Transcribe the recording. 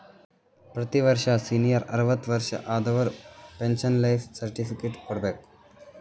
ಪ್ರತಿ ವರ್ಷ ಸೀನಿಯರ್ ಅರ್ವತ್ ವರ್ಷಾ ಆದವರು ಪೆನ್ಶನ್ ಲೈಫ್ ಸರ್ಟಿಫಿಕೇಟ್ ಕೊಡ್ಬೇಕ